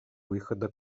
выхода